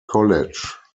college